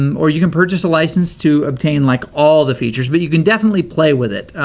um or you can purchase a license to obtain, like, all the features, but you can definitely play with it,